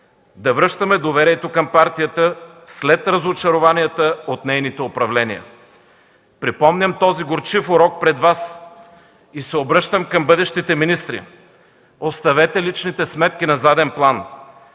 да връщаме доверието към партията след разочарованията от нейните управления. Припомням този горчив урок пред Вас и се обръщам към бъдещите министри: оставете личните сметки на заден план!